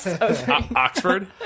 Oxford